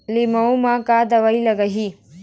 लिमाऊ मे का दवई लागिही?